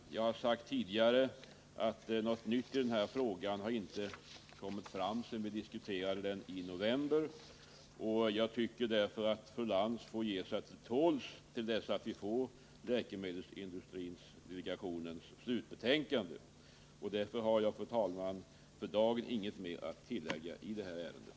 Jag har tidigare sagt att något nytt i denna fråga inte har kommit fram sedan vi diskuterade den i november, och jag tycker att fru Lantz får ge sig till tåls till dess att vi får läkemedelsindustridelegationens slutbetänkande. Därför har jag för dagen inget mer att tillägga i ärendet.